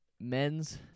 men's